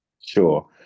Sure